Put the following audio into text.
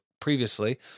previously